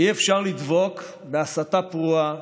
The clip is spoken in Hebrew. אי-אפשר לדבוק בהסתה פרועה,